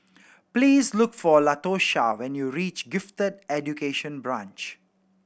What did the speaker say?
please look for Latosha when you reach Gifted Education Branch